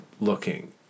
looking